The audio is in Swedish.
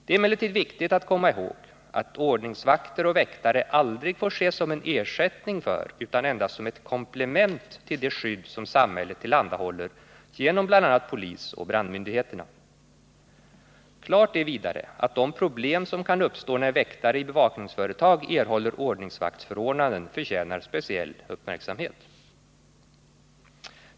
Det är emellertid viktigt att komma ihåg att ordningsvakter och väktare aldrig får ses som en ersättning för utan endast som ett komplement till det skydd som samhället tillhandahåller genom bl.a. polisoch brandmyndigheterna. Klart är vidare att de problem som kan uppstå när väktare i bevakningsföretag erhåller ordningsvaktsförordnanden förtjänar speciell uppmärksamhet.